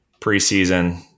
preseason